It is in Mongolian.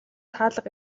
хаалга